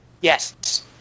Yes